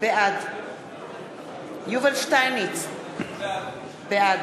בעד יובל שטייניץ, בעד